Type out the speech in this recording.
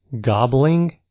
gobbling